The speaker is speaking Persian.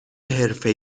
حرفه